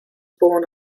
born